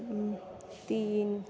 ऊँ ऊँ